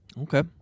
Okay